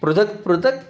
पृथक् पृथक्